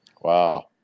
Wow